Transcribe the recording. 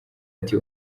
ati